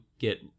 get